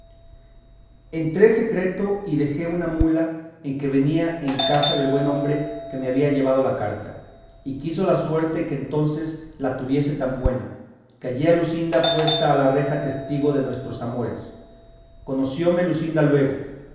luscinda entré secreto y dejé una mula en que venía en casa del buen hombre que me había llevado la carta y quiso la suerte que entonces la tuviese tan buena que hallé a luscinda puesta a la reja testigo de nuestros amores conocióme luscinda luego